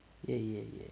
yeah yeah yeah